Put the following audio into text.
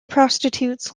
prostitutes